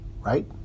right